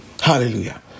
Hallelujah